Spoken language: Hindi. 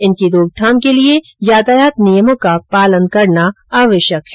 इनकी रोकथाम के लिये यातायात नियमों की पालना आवश्यक है